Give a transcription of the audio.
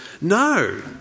no